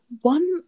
one